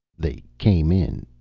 they came in,